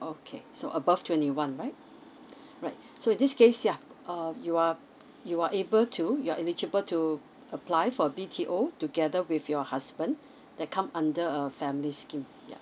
okay so above twenty one right right so in this case ya uh you are you are able to you're eligible to apply for a B_T_O together with your husband that come under a family scheme ya